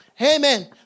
Amen